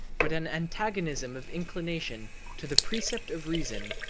but an antagonism of inclination to the precept of reason,